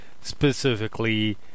Specifically